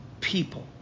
people